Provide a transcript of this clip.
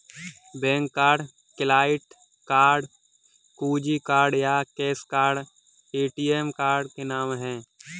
bank card, client card, कुंजी card या cash card ATM card के नाम है